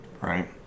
Right